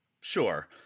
Sure